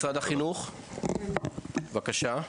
משרד החינוך, בבקשה.